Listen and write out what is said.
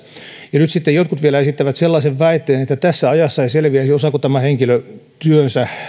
ja nyt sitten jotkut vielä esittävät sellaisen väitteen että tässä ajassa ei selviäisi osaako tämä henkilö työnsä